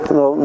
no